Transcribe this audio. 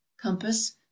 compass